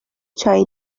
چایی